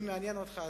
אם זה מעניין אותך,